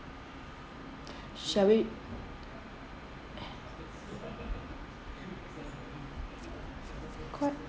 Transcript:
shall we quite